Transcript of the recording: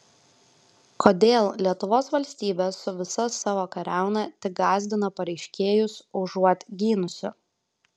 kodėl lietuvos valstybė su visa savo kariauna tik gąsdina pareiškėjus užuot gynusi